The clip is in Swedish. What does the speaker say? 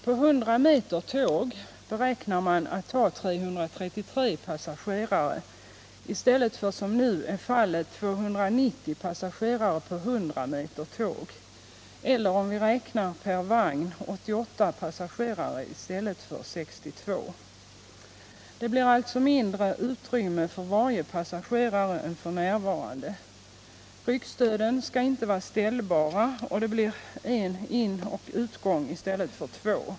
På 100 meter tåg beräknar man att ta 333 passagerare i stället för som nu är fallet 290 passagerare, eller om vi räknar per vagn 88 passagerare i stället för 62. Det blir alltså mindre utrymme för varje passagerare än f. n. Ryggstöden skall inte vara ställbara, och det blir en inoch utgång i stället för två.